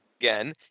again